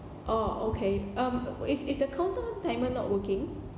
oh okay um is is the counter timer not working